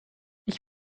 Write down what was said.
ich